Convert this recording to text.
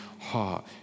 heart